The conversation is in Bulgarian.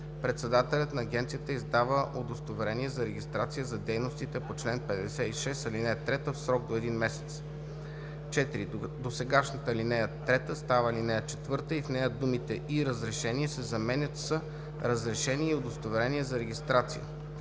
Председателят на агенцията издава удостоверение за регистрация за дейностите по чл. 56, ал. 3 в срок до един месец.“ 4. Досегашната ал. 3 става ал. 4 и в нея думите „и разрешение“ се заменят с „разрешение и удостоверение за регистрация“.